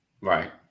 Right